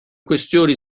questioni